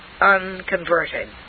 unconverted